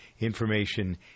information